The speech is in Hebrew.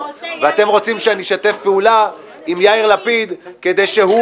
ואתם רוצים שאני אשתף פעולה עם יאיר לפיד כדי שהוא